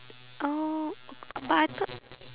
oh b~ but I thought